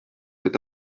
with